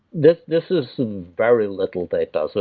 this this is very little data. so